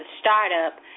startup